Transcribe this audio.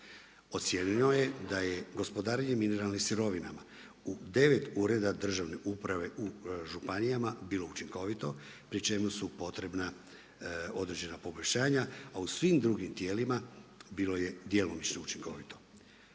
Ocijenjeno je da je gospodarenje mineralnim sirovinama u devet državne uprave u županijama bilo učinkovito pri čemu su potrebna određena poboljšanja, a u svim drugim tijelima bilo je djelomično učinkovito.